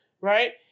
right